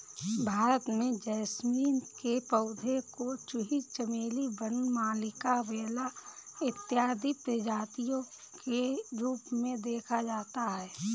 भारत में जैस्मीन के पौधे को जूही चमेली वन मल्लिका बेला इत्यादि प्रजातियों के रूप में देखा जाता है